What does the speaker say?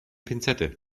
pinzette